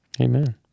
Amen